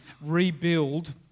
rebuild